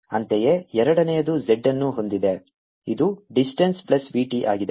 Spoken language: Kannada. ಅಂತೆಯೇ ಎರಡನೆಯದು z ಅನ್ನು ಹೊಂದಿದೆ ಇದು ಡಿಸ್ಟೆನ್ಸ್ ಪ್ಲಸ್ vt ಆಗಿದೆ